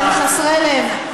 אתם חסרי לב,